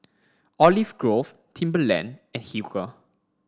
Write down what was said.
Olive Grove Timberland and Hilker